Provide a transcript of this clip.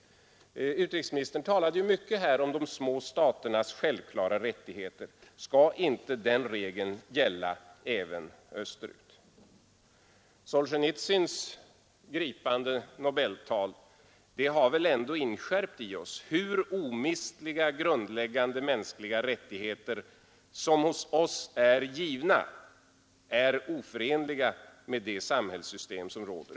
Utrikesministern talade mycket om de små staternas självklara rättigheter. Skall inte den regeln gälla även österut? Solzjenitsyns gripande Nobeltal har väl ändå inskärpt i oss hur omistliga grundläggande mänskliga rättigheter — som hos oss är givna — är oförenliga med det samhällssystem som råder.